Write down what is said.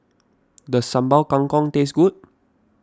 does Sambal Kangkong taste good